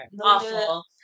Awful